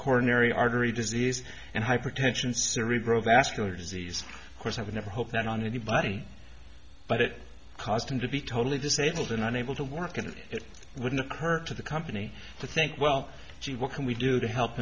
coronary artery disease and hypertension cerebral vascular disease course i would never hope that on anybody but it caused him to be totally disabled and unable to work and it wouldn't occur to the company to think well gee what can we do to help